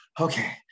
okay